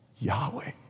Yahweh